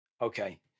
Okay